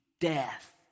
death